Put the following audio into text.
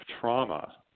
trauma